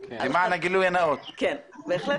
כן, בהחלט.